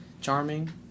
charming